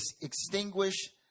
extinguish